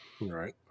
right